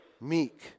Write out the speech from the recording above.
Meek